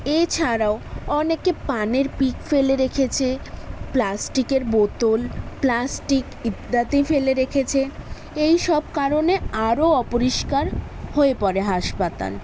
এছাড়াও অনেকে পানের পিক ফেলে রেখেছে প্লাস্টিকের বোতল প্লাস্টিক ইত্যাদি ফেলে রেখেছে এইসব কারণে আরো অপরিষ্কার হয়ে পড়ে হাসপাতাল